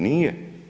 Nije.